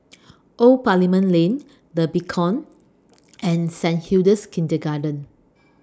Old Parliament Lane The Beacon and Saint Hilda's Kindergarten